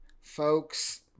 folks